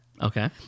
Okay